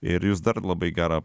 ir jūs dar labai gerą